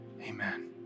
Amen